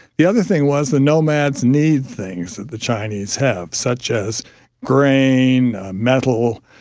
the other thing was the nomads need things that the chinese have, such as grain, metal,